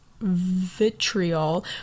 vitriol